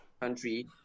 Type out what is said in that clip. country